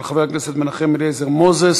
של חבר הכנסת מנחם אליעזר מוזס.